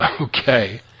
Okay